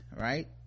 right